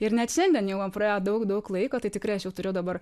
ir net šiandien jau va praėjo daug daug laiko tai tikrai aš jau turiu dabar